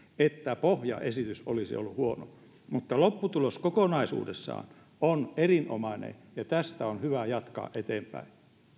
että pohjaesitys olisi ollut huono mutta lopputulos kokonaisuudessaan on erinomainen ja tästä on hyvä jatkaa eteenpäin